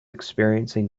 experiencing